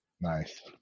nice